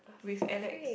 with Alex